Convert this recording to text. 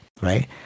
right